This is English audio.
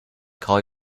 call